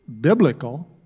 biblical